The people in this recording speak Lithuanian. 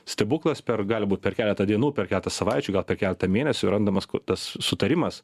stebuklas per gali būt per keletą dienų per keletą savaičių gal per keletą mėnesių randamas tas sutarimas